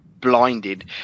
blinded